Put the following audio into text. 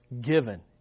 given